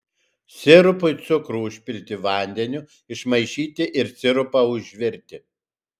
sirupui cukrų užpilti vandeniu išmaišyti ir sirupą užvirti